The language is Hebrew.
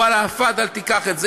ואללה, תפדל, קח את זה.